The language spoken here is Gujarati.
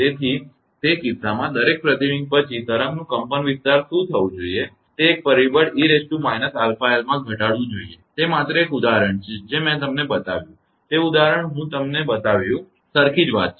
તેથી તે કિસ્સામાં દરેક પ્રતિબિંબ પછી તરંગનું કંપનવિસ્તાર શું થવું જોઈએ તે એક પરિબળ 𝑒−𝛼𝑙 માં ઘટાડવું જોઈએ તે માત્ર એક ઉદાહરણ છે જે મેં તમને બતાવ્યું કે તે ઉદાહરણ હું એ તમને બતાવ્યું સરખી વાત છે